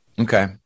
Okay